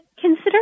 consider